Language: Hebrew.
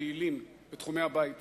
פעילים בתחומי הבית הזה.